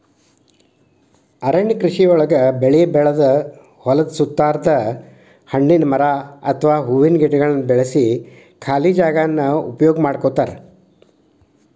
ಅರಣ್ಯ ಕೃಷಿಯೊಳಗ ಬೆಳಿ ಬೆಳದ ಹೊಲದ ಸುತ್ತಾರದ ಹಣ್ಣಿನ ಮರ ಅತ್ವಾ ಹೂವಿನ ಗಿಡಗಳನ್ನ ಬೆಳ್ಸಿ ಖಾಲಿ ಜಾಗಾನ ಉಪಯೋಗ ಮಾಡ್ಕೋತಾರ